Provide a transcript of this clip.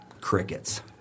Crickets